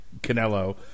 Canelo